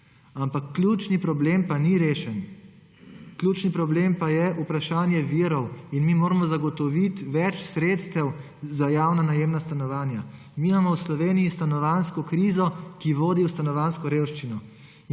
Ampak ključni problem pa ni rešen. Ključni problem pa je vprašanje virov. Mi moramo zagotoviti več sredstev za javna najemna stanovanja. Mi imamo v Sloveniji stanovanjsko krizo, ki vodi v stanovanjsko revščino.